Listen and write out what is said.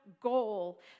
goal